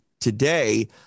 today